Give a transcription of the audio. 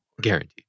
guaranteed